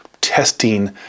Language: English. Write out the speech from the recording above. testing